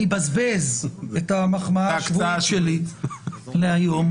אני אבזבז את המחמאה הקבועה שלי היום.